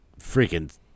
freaking